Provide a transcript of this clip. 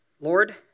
Lord